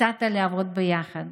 הצעת לעבוד ביחד,